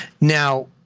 Now